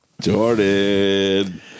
Jordan